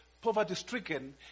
poverty-stricken